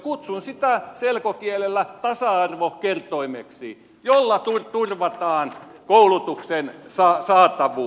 kutsun sitä selkokielellä tasa arvokertoimeksi jolla turvataan koulutuksen saatavuus